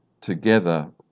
together